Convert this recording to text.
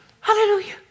Hallelujah